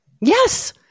Yes